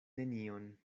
nenion